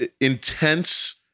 intense